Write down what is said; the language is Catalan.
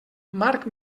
marc